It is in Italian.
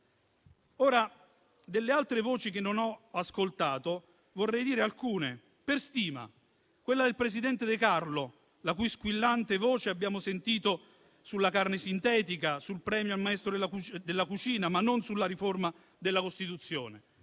Delle altre voci che non ho ascoltato vorrei citarne alcune: per stima; quella del presidente De Carlo, la cui squillante voce abbiamo sentito sulla carne sintetica, sul premio al maestro della cucina, ma non sulla riforma della Costituzione;